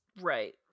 Right